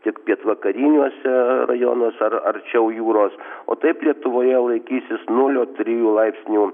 tik pietvakariniuose rajonuos ar arčiau jūros o taip lietuvoje laikysis nulio trijų laipsnių